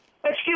excuse